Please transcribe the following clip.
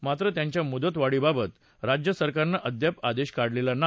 मात्र त्यांच्या मुदतवाढीबाबत राज्यसरकारनं अद्याप आदेश काढलेला नाही